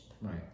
Right